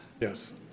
Yes